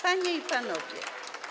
Panie i Panowie!